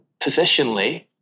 Positionally